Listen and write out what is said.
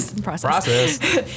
Process